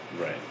Right